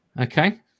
Okay